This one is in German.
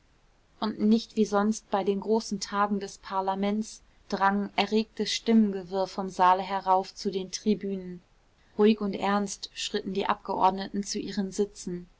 und nicht wie sonst bei den großen tagen des parlaments drang erregtes stimmengewirr vom saale herauf zu den tribünen ruhig und ernst schritten die abgeordneten zu ihren sitzen